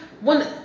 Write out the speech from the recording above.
One